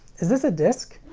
is this a disc?